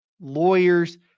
lawyers